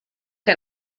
que